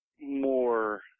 More